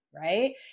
right